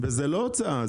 וזה לא הוצאה,